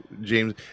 James